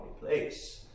place